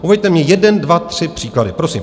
Uveďte mi jeden dva tři příklady, prosím.